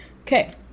Okay